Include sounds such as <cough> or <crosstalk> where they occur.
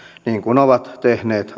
niin kuin ovat tehneet <unintelligible>